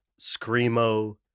screamo